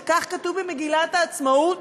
שכך כתוב במגילת העצמאות,